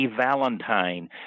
Valentine